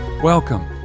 Welcome